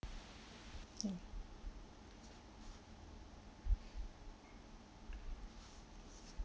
mm